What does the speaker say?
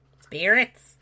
Spirits